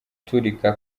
guturika